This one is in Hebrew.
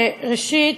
ראשית,